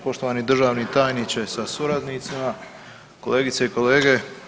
Poštovani državni tajniče sa suradnicima, kolegice i kolege.